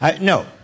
No